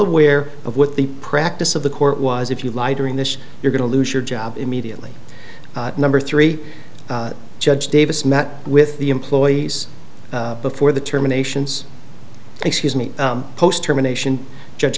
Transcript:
aware of what the practice of the court was if you lie during this you're going to lose your job immediately number three judge davis met with the employees before the terminations excuse me post terminations judge